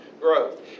growth